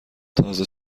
تازه